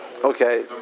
Okay